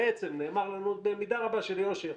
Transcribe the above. בעצם נאמר לנו במידה רבה של יושר,